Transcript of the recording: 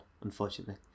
unfortunately